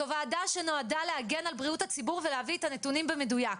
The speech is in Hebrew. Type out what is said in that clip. זו ועדה שנועדה להגן על בריאות הציבור ולהביא את הנתונים במדויק.